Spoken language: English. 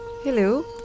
Hello